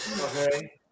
Okay